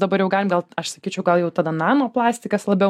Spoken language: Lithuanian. dabar jau gal gan aš sakyčiau gal jau tada nano plastikas labiau